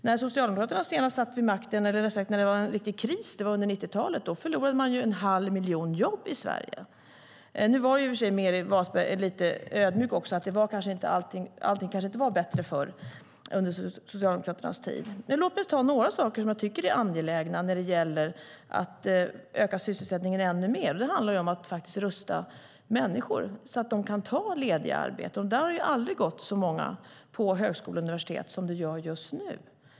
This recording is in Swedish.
När det senast var riktig kris, under 1990-talet, förlorade man ju en halv miljon jobb i Sverige. Nu var i och för sig Meeri Wasberg lite ödmjuk också och sade att allting kanske inte var bättre under Socialdemokraternas tid. Men låt mig ta upp några saker som jag tycker är angelägna när det gäller att öka sysselsättningen ännu mer. Det handlar om att faktiskt rusta människor så att de kan ta lediga arbeten. Det har aldrig gått så många på högskolor och universitet som det gör just nu.